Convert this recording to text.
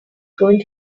going